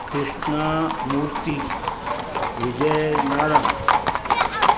Krishna Murthy Vijay Narang